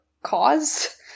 cause